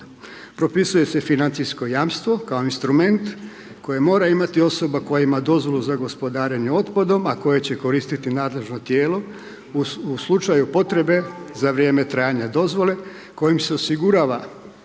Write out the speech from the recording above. Propisuje se i financijsko jamstvo kao instrument koji mora imati osoba koja ima dozvolu za gospodarenje otpadom, a koje će koristiti nadležno tijelo u slučaju potrebe za vrijeme trajanja dozvole s kojim su osigurana